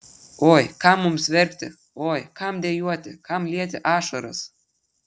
oi kam mums verkti oi kam dejuoti kam lieti ašaras